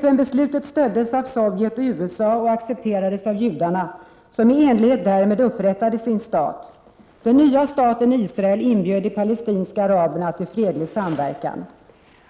FN-beslutet stöddes av Sovjet och USA och accepterades av judarna, som i enlighet därmed upprättade sin stat. Den nya staten Israel inbjöd de palestinska araberna till fredlig samverkan.